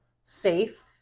safe